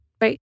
Right